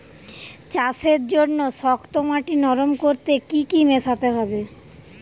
চাষের জন্য শক্ত মাটি নরম করতে কি কি মেশাতে হবে?